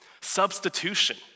substitution